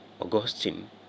Augustine